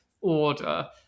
order